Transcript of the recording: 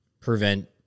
prevent